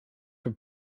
were